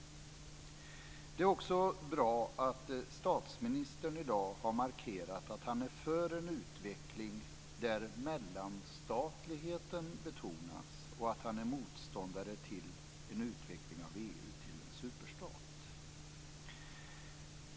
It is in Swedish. Det är bra att statsministern i dag har markerat att han är för en utveckling där mellanstatligheten betonas och att han är motståndare till en utveckling av EU till en superstat.